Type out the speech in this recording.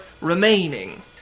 remaining